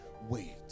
wait